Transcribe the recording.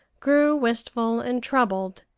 grew wistful and troubled,